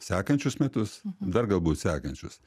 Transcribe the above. sekančius metus dar galbūt sekančius